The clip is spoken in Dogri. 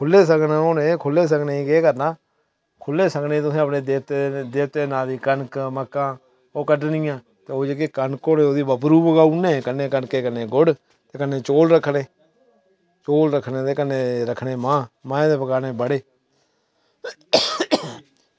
खुल्ले सगन होने खुल्ले सगनै ई केह् करना खुल्ले सगनै ई तुसैं अपने देवतें दे नांऽ दी कनक मक्कां ओह् कड्ढनियां तेओह् जेह्की कनक होंनी ओह्दे बबरू पकाऊने कन्नै कनकै कन्नै गुड़ ते कन्नै चौल रक्खने चौल रक्खने ते कन्नै रक्खने मांह् मांहें दे पकाने बड़े